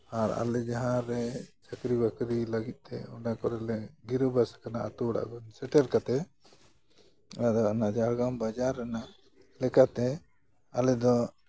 ᱟᱨ ᱟᱞᱮ ᱡᱟᱦᱟᱸᱨᱮ ᱪᱟᱹᱠᱨᱤ ᱵᱟᱹᱠᱨᱤ ᱞᱟᱹᱜᱤᱫᱛᱮ ᱚᱱᱟ ᱠᱚᱨᱮᱞᱮ ᱜᱤᱨᱟᱹ ᱵᱟᱥ ᱠᱟᱱᱟ ᱟᱹᱛᱩ ᱚᱲᱟᱜ ᱠᱷᱚᱱ ᱥᱮᱴᱮᱨ ᱠᱟᱛᱮ ᱟᱫᱚ ᱚᱱᱟ ᱡᱷᱟᱲᱜᱨᱟᱢ ᱵᱟᱡᱟᱨ ᱨᱮᱱᱟᱜ ᱞᱮᱠᱟᱛᱮ ᱟᱞᱮ ᱫᱚ